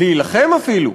להילחם אפילו,